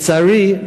לצערי,